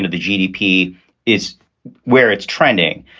the gdp is where it's trending.